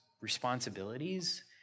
responsibilities